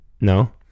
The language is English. No